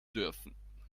dürfen